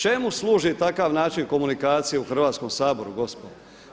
Čemu služi takav način komunikacije u Hrvatskom saboru gospodo?